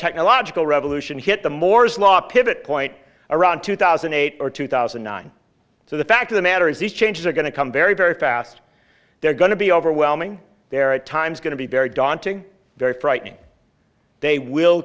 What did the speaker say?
technological revolution hit the moore's law pivot point around two thousand and eight or two thousand and nine so the fact of the matter is these changes are going to come very very fast they're going to be overwhelming they're at times going to be very daunting very frightening they will